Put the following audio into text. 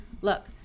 look